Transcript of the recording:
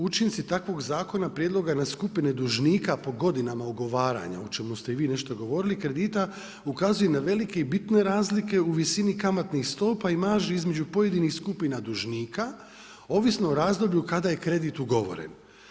Učinci takvog zakona prijedloga na skupine dužnika po godinama ugovaranja o čemu ste i vi nešto govorili, kredita, ukazuju na velike i bitne razlike u visini kamatnih stopa i marži između pojedinih skupina dužnika ovisno o razdoblju kada je kredit ugovoren.